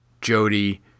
Jody